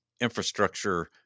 infrastructure